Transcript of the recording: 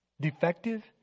Defective